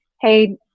hey